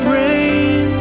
rain